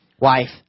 Wife